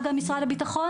גם היא בסיכון